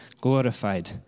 glorified